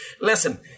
Listen